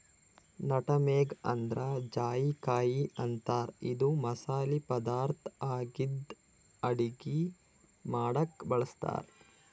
nutmeg ಅಂದ್ರ ಜಾಯಿಕಾಯಿ ಅಂತಾರ್ ಇದು ಮಸಾಲಿ ಪದಾರ್ಥ್ ಆಗಿದ್ದ್ ಅಡಗಿ ಮಾಡಕ್ಕ್ ಬಳಸ್ತಾರ್